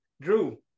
Drew